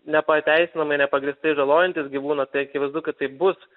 nepateisinamai nepagrįstai žalojantis gyvūną tai akivaizdu kad tai bus